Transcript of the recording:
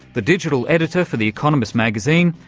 the digital editor for the economist magazine,